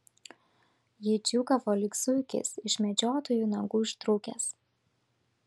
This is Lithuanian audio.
ji džiūgavo lyg zuikis iš medžiotojų nagų ištrūkęs